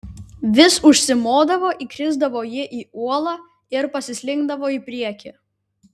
vis užsimodavo įkirsdavo jį į uolą ir pasislinkdavo į priekį